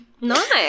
Nice